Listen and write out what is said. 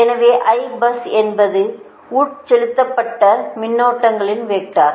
எனவே Ibus என்பது உட்செலுத்தப்பட்ட மின்னோட்ங்களின் வெக்டர்